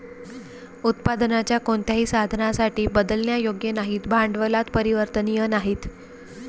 उत्पादनाच्या कोणत्याही साधनासाठी बदलण्यायोग्य नाहीत, भांडवलात परिवर्तनीय नाहीत